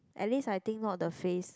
at least I think not the face